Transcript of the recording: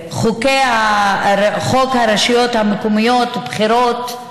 בחוק הרשויות המקומיות (בחירות),